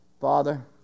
Father